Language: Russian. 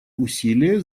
усилия